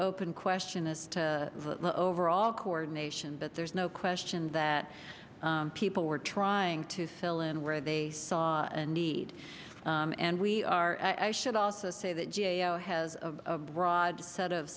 open question as to the overall coordination but there's no question that people were trying to fill in where they saw a need and we are i should also say that g a o has of broad set of